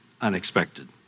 unexpected